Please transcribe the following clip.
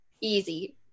easy